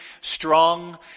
strong